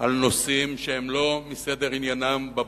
על נושאים שהם לא מסדר עניינם של